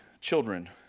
children